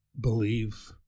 believe